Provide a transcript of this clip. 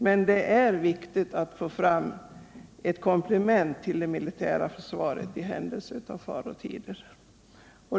Men det är viktigt att få fram ett komplement till det militära försvaret i farotider.